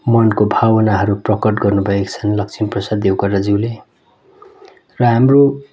मनको भावनाहरू प्रकट गर्नुभएका छन् लक्ष्मीप्रसाद देवकोटाज्युले र हाम्रो